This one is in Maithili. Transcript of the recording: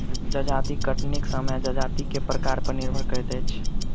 जजाति कटनीक समय जजाति के प्रकार पर निर्भर करैत छै